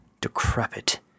decrepit